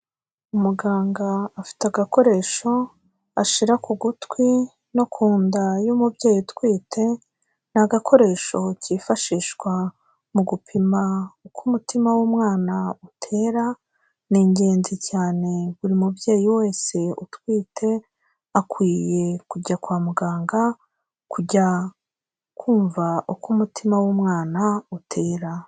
Umuganga afite agakoresho ashira ku gutwi no ku nda y'umubyeyi utwite, ni agakoresho kifashishwa mu gupima uko umutima w'umwana utera, ni ingenzi cyane buri mubyeyi wese utwite akwiye kujya kwa muganga, kujya kumva uko umutima w'umwana utera.